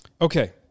Okay